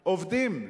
עובדים.